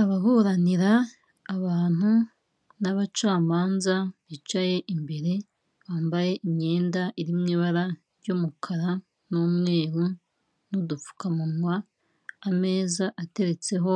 Ababuranira abantu n'abacamanza bicaye imbere bambaye imyenda iri mu ibara ry'umukara n'umweru n'udupfukamunwa ameza ateretseho